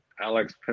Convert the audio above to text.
Alex